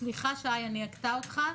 סליחה, שי, אני אקטע אותך.